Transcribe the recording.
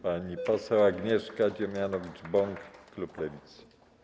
Pani poseł Agnieszka Dziemianowicz-Bąk, klub Lewicy.